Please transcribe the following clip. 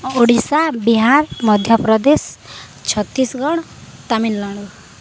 Odisha Bihar Madhya Pradesh Chhattisgarh Tamil Nadu